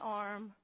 arm